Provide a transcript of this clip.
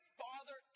father